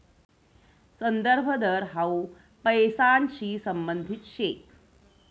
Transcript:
संदर्भ दर हाउ पैसांशी संबंधित शे